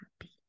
happy